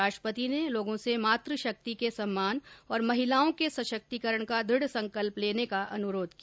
राष्ट्रपति ने लोगों से मात शक्ति के सम्मान और महिलाओं के सशक्तिकरण का दृढ़ संकल्प लेने का अनुरोध किया